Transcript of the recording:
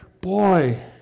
boy